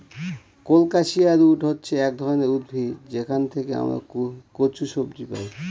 colocasia root হচ্ছে এক ধরনের উদ্ভিদ যেখান থেকে আমরা কচু সবজি পাই